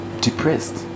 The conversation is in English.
depressed